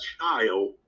child